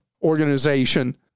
organization